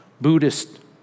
Buddhist